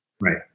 right